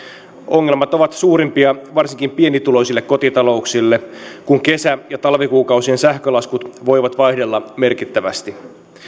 ongelmat ovat suurimpia varsinkin pienituloisille kotitalouksille kun kesä ja talvikuukausien sähkölaskut voivat vaihdella merkittävästi